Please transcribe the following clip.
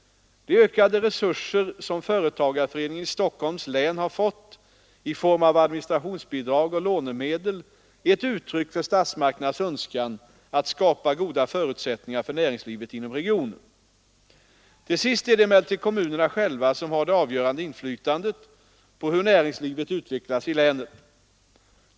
De ökade resurser som företagarföreningen i Stockholms län har fått i form av administrationsbidrag och lånemedel är ett uttryck för statsmakternas önskan att skapa goda förutsättningar för näringslivet inom regionen. Till sist är det emellertid kommunerna själva som har det avgörande inflytandet på hur näringslivet utvecklas i länet.